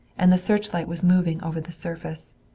and the searchlight was moving over the surface.